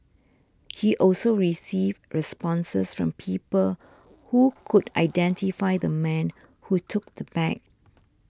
he also received responses from people who could identify the man who took the bag